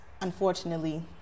unfortunately